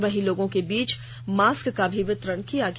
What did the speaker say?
वहीं लोगों के बीच मास्क का भी वितरण किया गया